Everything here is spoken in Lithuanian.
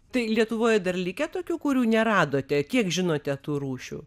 tai lietuvoje dar likę tokių kurių neradote kiek žinote tų rūšių